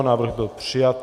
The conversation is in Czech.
Návrh byl přijat.